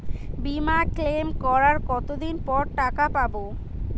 বিমা ক্লেম করার কতদিন পর টাকা পাব?